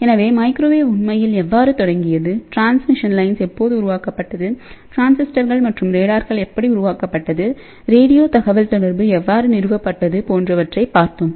எனவே மைக்ரோவேவ் உண்மையில் எவ்வாறு தொடங்கியது டிரான்ஸ்மிஷன் லைன்ஸ் எப்போது உருவாக்கப்பட்டது டிரான்சிஸ்டர்கள் மற்றும் ரேடார்கள் எப்படி உருவாக்கப்பட்டது ரேடியோ தகவல்தொடர்பு எவ்வாறு நிறுவப்பட்டது என்பனவற்றைப் பார்த்தோம்